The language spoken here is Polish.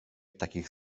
takich